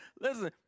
Listen